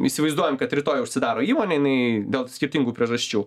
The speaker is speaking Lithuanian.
įsivaizduojam kad rytoj užsidaro įmonė jinai dėl skirtingų priežasčių